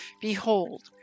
Behold